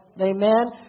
amen